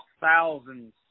thousands